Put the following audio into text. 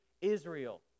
Israel